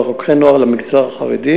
אבל חוקרי נוער למגזר החרדי,